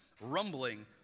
rumbling